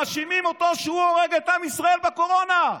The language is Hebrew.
מאשימים אותו שהוא הורג את עם ישראל בקורונה.